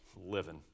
Living